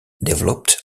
developed